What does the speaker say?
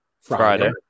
Friday